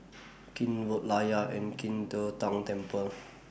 Keene Road Layar and Qing De Tang Temple